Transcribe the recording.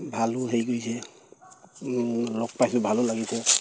ভালো হেৰি কৰিছে লগ পাইছোঁ ভালো লাগিছে